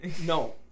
No